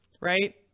right